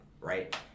Right